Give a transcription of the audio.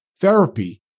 therapy